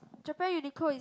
Japan Uniqlo is